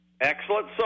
Excellent